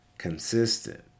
consistent